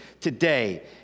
today